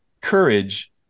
courage